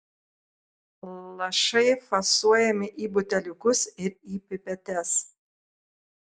lašai fasuojami į buteliukus ir į pipetes